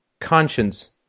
conscience